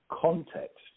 context